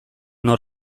nor